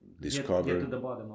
discover